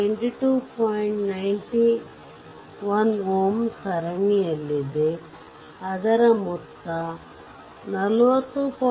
91Ω ಸರಣಿಯಲ್ಲಿದೆ ಅದರ ಮೊತ್ತ 40